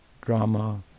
drama